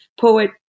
poet